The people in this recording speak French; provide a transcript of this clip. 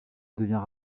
devient